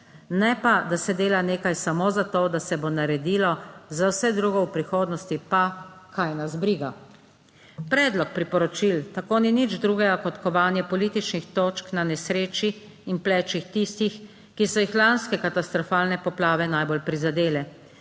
ne pa, da se dela nekaj samo za to, da se bo naredilo za vse drugo v prihodnosti, pa kaj nas briga. Predlog priporočil tako ni nič drugega kot kovanje političnih točk na nesreči in plečih tistih, ki so jih lanske katastrofalne poplave najbolj prizadele.